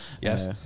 yes